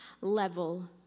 level